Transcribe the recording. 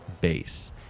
base